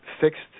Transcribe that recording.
fixed